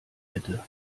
bitte